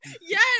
yes